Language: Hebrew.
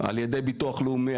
על ידי ביטוח לאומי,